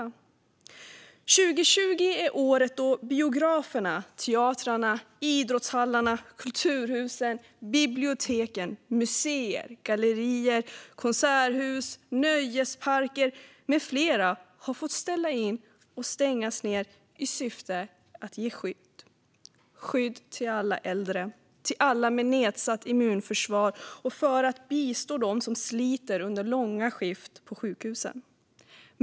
År 2020 är året då biograferna, teatrarna, idrottshallarna, kulturhusen, biblioteken, museerna, gallerierna, konserthusen, nöjesparkerna och andra institutioner har fått ställa in och stängas i syfte att ge skydd - skydd till alla äldre och till alla med nedsatt immunförsvar och för att bistå dem som sliter under långa skift på sjukhusen.